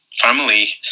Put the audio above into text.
family